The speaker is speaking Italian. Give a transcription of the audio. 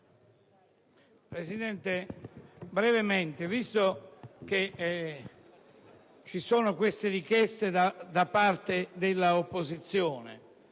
Presidente, visto che ci sono queste richieste da parte dell'opposizione